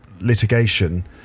litigation